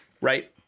Right